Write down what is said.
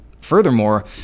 Furthermore